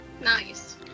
nice